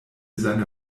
seine